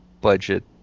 budget